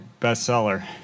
bestseller